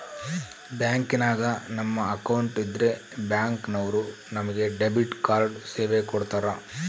ಬ್ಯಾಂಕಿನಾಗ ನಮ್ಮ ಅಕೌಂಟ್ ಇದ್ರೆ ಬ್ಯಾಂಕ್ ನವರು ನಮಗೆ ಡೆಬಿಟ್ ಕಾರ್ಡ್ ಸೇವೆ ಕೊಡ್ತರ